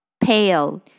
Pale